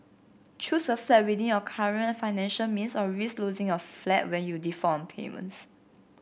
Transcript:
choose a flat within your current financial means or risk losing your flat when you default on payments